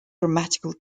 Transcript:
grammatical